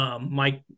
Mike